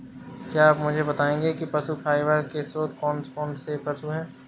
क्या आप मुझे बताएंगे कि पशु फाइबर के स्रोत कौन कौन से पशु हैं?